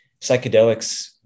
psychedelics